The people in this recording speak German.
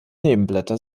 nebenblätter